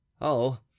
Oh